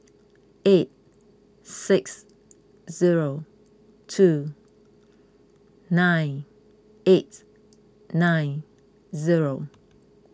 eight six zero two nine eight nine zero